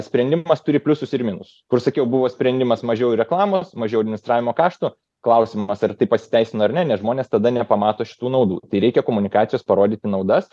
sprendimas turi pliusus ir minusus kur sakiau buvo sprendimas mažiau reklamos mažiau administravimo kaštų klausimas ar tai pasiteisina ar ne nes žmonės tada nepamato šitų naudų tai reikia komunikacijos parodyti naudas